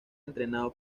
entrenado